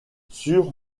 sûr